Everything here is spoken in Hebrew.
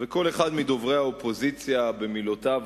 וכל אחד מדוברי האופוזיציה במילותיו